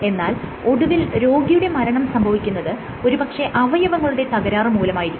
എന്നാൽ ഒടുവിൽ രോഗിയുടെ മരണം സംഭവിക്കുന്നത് ഒരു പക്ഷെ അവയവങ്ങളുടെ തകരാറ് മൂലമായിരിക്കും